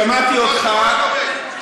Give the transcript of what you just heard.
שמעתי אותך.